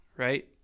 Right